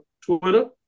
Twitter